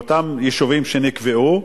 לאותם יישובים שנקבעו,